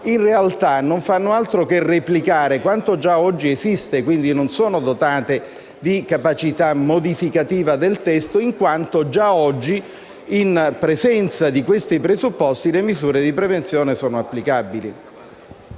in realtà non fanno altro che replicare quanto già oggi esiste, quindi non sono dotate di capacità modificativa del testo in quanto già oggi, in presenza di questi presupposti, le misure di prevenzione sono applicabili.